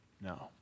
No